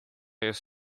jest